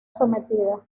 sometida